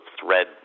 thread